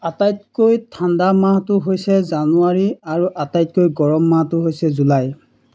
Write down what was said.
আটাইতকৈ ঠাণ্ডা মাহটো হৈছে জানুৱাৰী আৰু আটাইতকৈ গৰম মাহটো হৈছে জুলাই